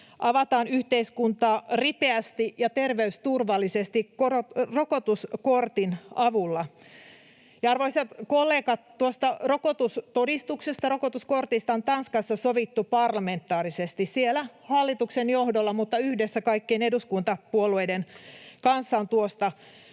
avataan yhteiskuntaa ripeästi ja terveysturvallisesti rokotuskortin avulla. Ja, arvoisat kollegat, tuosta rokotustodistuksesta, rokotuskortista, on Tanskassa sovittu parlamentaarisesti. Siellä hallituksen johdolla mutta yhdessä kaikkien eduskuntapuolueiden kanssa on tuosta